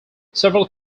several